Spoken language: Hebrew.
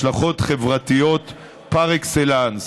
השלכות חברתיות פר אקסלנס,